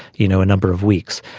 you know, a number of weeks.